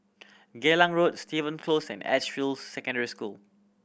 Geylang Road Stevens Close and Edgefield Secondary School